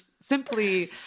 simply